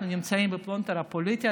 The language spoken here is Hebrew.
אנחנו נמצאים בפלונטר פוליטי,